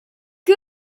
que